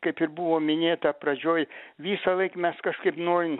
kaip ir buvo minėta pradžioj visąlaik mes kažkaip norim